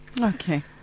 Okay